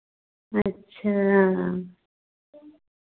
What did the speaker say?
अच्छा